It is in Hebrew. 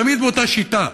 תמיד באותה שיטה: